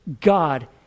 God